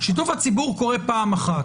שיתוף הציבור קורה פעם אחת.